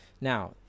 Now